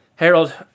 Harold